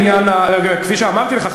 כפי שאמרתי לך,